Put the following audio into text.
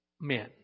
men